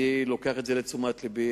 אני לוקח את זה לתשומת לבי,